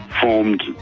formed